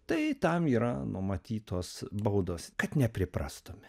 tai tam yra numatytos baudos kad nepriprastume